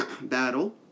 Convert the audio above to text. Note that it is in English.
battle